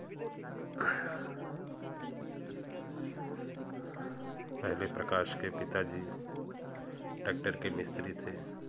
पहले प्रकाश के पिता जी ट्रेक्टर के मिस्तरी थे